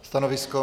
Stanovisko?